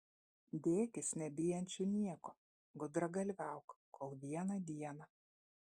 dėkis nebijančiu nieko gudragalviauk kol vieną dieną